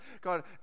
God